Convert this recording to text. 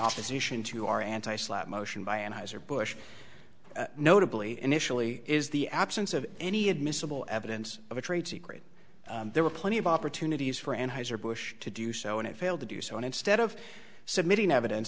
opposition to our anti slapp motion by an eis or bush notably initially is the absence of any admissible evidence of a trade secret there were plenty of opportunities for anheuser busch to do so and it failed to do so and instead of submitting evidence